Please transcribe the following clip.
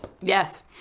Yes